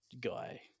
guy